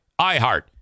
iHeart